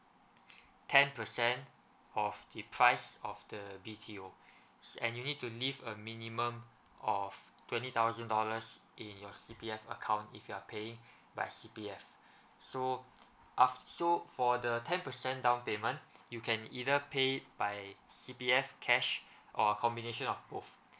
ten percent of the price of the B_T_O and you need to leave a minimum of twenty thousand dollars in your C_P_F have account if you are paying by C_P_F so aft~ so for the ten percent down payment you can either pay by C_P_F cash or combination of